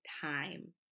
time